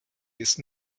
ist